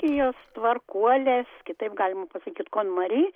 jos tvarkuolės kitaip galima pasakyt konmari